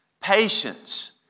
patience